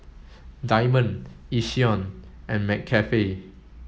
Diamond Yishion and McCafe